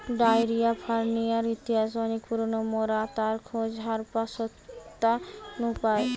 diary ফার্মিংয়ের ইতিহাস অনেক পুরোনো, মোরা তার খোঁজ হারাপ্পা সভ্যতা নু পাই